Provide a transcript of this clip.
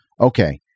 okay